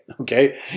Okay